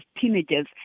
teenagers